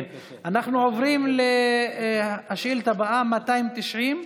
כן, אנחנו עוברים לשאילתה הבאה, מס' 290,